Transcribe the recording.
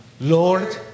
Lord